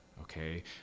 okay